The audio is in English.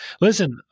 Listen